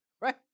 right